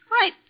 right